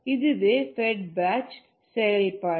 இதுவே fed batch செயல்பாடு